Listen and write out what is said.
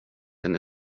den